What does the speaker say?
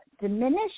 Diminish